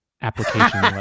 application